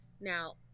Now